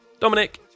Dominic